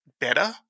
better